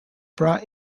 brought